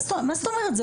מה זאת אומרת?